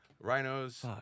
rhinos